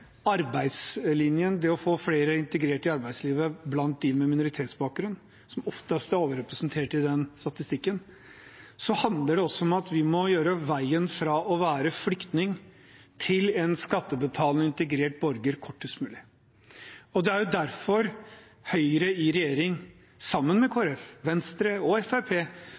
arbeidslinjen, det å få flere integrert i arbeidslivet blant dem med minoritetsbakgrunn, som ofte er overrepresentert i den statistikken, handler det også om at vi må gjøre veien fra å være flyktning til en skattebetalende og integrert borger kortest mulig. Det var derfor Høyre i regjering, sammen med Kristelig Folkeparti, Venstre og